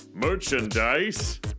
Merchandise